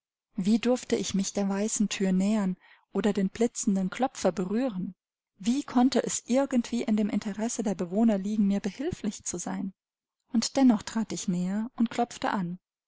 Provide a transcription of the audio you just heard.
wie durfte ich mich der weißen thür nähern oder den blitzenden klopfer berühren wie konnte es irgendwie in dem interesse der bewohner liegen mir behilflich zu sein und dennoch trat ich näher und klopfte an